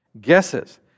guesses